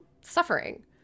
suffering